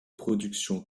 productions